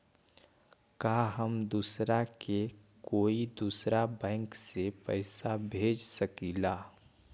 का हम दूसरा के कोई दुसरा बैंक से पैसा भेज सकिला?